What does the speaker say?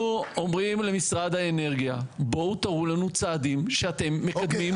אנחנו אומרים למשרד האנרגיה שיראו לנו את הצעדים שהם מקדמים,